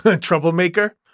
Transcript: troublemaker